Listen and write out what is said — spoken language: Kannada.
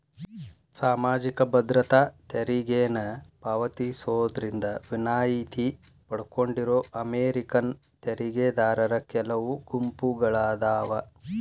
ಸಾಮಾಜಿಕ ಭದ್ರತಾ ತೆರಿಗೆನ ಪಾವತಿಸೋದ್ರಿಂದ ವಿನಾಯಿತಿ ಪಡ್ಕೊಂಡಿರೋ ಅಮೇರಿಕನ್ ತೆರಿಗೆದಾರರ ಕೆಲವು ಗುಂಪುಗಳಾದಾವ